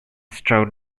strode